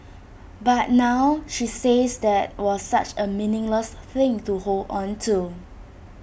but now she says that was such A meaningless thing to hold on to